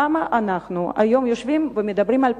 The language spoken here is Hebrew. למה אנחנו היום יושבים ומדברים על פרופגנדה,